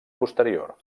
posterior